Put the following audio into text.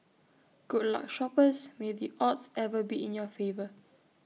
good luck shoppers may the odds ever be in your favour